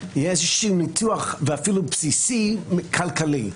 יהיה איזה שהוא ניתוח בסיסי וכלכלי.